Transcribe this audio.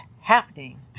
happening